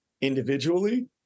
individually